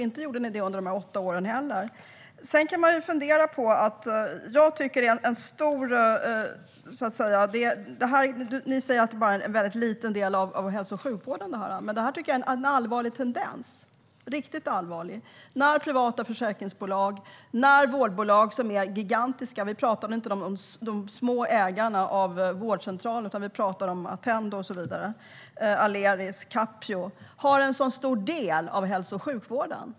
Det gjorde ni inte heller under era åtta år. Ni säger att det bara handlar om en väldigt liten del av hälso och sjukvården, men jag tycker att det är en riktigt allvarlig tendens när privata försäkringsbolag och gigantiska vårdbolag - inte små ägare av vårdcentraler utan Attendo, Aleris, Capio - har en så stor del av hälso och sjukvården.